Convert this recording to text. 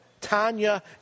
Tanya